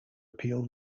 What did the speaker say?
appeal